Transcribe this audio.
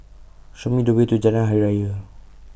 Show Me The Way to Jalan Hari Raya